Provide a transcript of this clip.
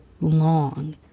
long